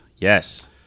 Yes